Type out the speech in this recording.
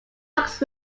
looks